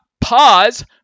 pause